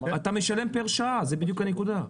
אתה משלם פר שעה, זו בדיוק הנקודה.